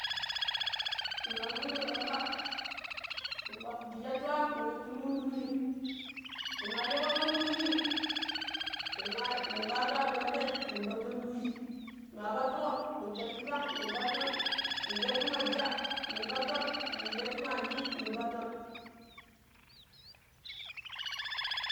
Ne mar fundo gappa nda shattu am nen wattu luun ti wujii. Ne maa liiƙon am ti wujii, ne nwa, ne kpattu ar gappai nen patto̱n ti wiji ne maa pattuƙo nen shattu shwang nen patto̱n, nen shattu manja nen patto̱n nen shattu magi nen patto̱n.